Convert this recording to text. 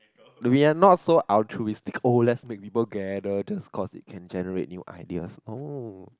we are not so altruistic oh let's make people gather just because they can generate new ideas oh